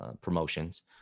promotions